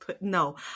No